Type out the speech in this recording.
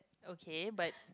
okay but